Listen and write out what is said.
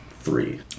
three